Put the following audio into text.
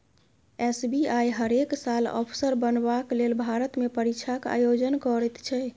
SBI हरेक साल अफसर बनबाक लेल भारतमे परीक्षाक आयोजन करैत छै